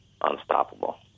unstoppable